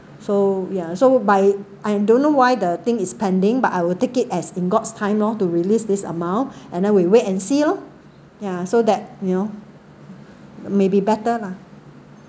so ya so by I don't know why the thing is pending but I will take it as in god's time loh to release this amount and then we'll wait and see loh ya so that you know may be better lah